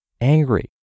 angry